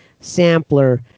sampler